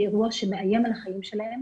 כאירוע שמאיים על החיים שלהם,